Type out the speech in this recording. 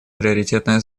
приоритетная